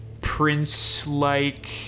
prince-like